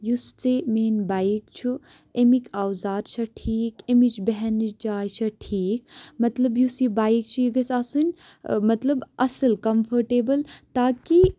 یُس ژےٚ میٲنۍ بایِک چھُ امِکۍ اوزار چھےٚ ٹھیٖک اَمِچ بیٚہنٕچ جاے چھےٚ ٹھیٖک مطلب یُس یہِ بایِک چھُ یہِ گژھِ آسٕنۍ مطلب اَصٕل کَمفٲٹیبٕل تاکہِ